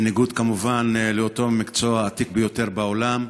בניגוד כמובן לאותו מקצוע עתיק ביותר בעולם?